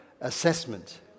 assessment